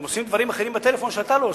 הם עושים דברים אחרים בטלפון, שאתה לא עושה.